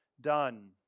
done